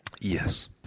Yes